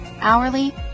hourly